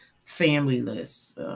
family-less